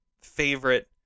favorite